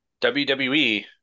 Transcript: wwe